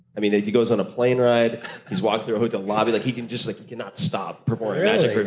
i mean if he goes on a plane ride, if he's walking through a hotel lobby, like he can just like not stop performing magic for